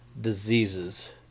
diseases